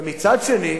ומצד שני,